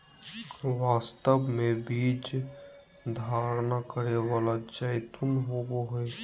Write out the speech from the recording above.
वास्तव में बीज धारण करै वाला जैतून होबो हइ